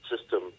system